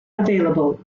available